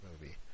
movie